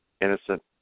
Innocent